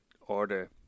order